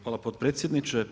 Hvala potpredsjedniče.